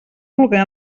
vulga